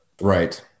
Right